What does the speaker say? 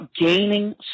gaining